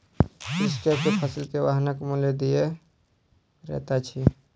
कृषकक फसिल के वाहनक मूल्य दिअ पड़ैत अछि